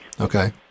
Okay